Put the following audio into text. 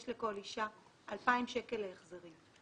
יש לכל אישה 2,000 שקלים להחזרים,